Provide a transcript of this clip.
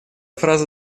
фраза